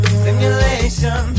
simulation